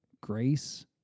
grace